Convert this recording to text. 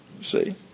see